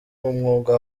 umwuga